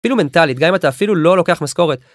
אפילו מנטלית, גם אם אתה אפילו לא לוקח משכורת.